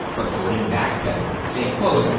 but gordon backpedaled, saying quote,